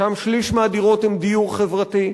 ששם שליש מהדירות הן דיור חברתי,